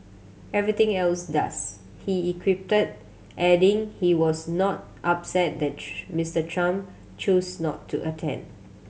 everything else does he equipped adding he was not upset that Mister Trump chose not to attend